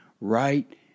right